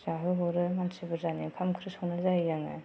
जाहोहरो मानसि बुरजानि ओंखाम ओंख्रि संनानै जाहोयो आङो